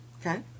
Okay